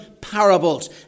parables